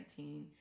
2019